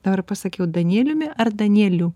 dabar pasakiau danieliumi ar danieliu